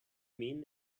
mean